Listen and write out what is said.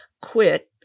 quit